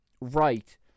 right